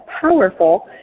powerful